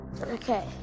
Okay